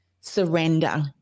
surrender